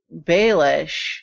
Baelish